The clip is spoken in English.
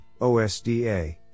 OSDA